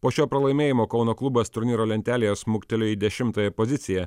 po šio pralaimėjimo kauno klubas turnyro lentelėje smuktelėjo į dešimtąją poziciją